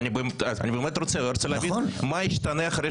אני באמת רוצה להבין מה ישתנה אחרי